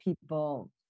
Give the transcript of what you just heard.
people